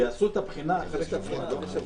שיעשו את הבחינה אחרי שבוע.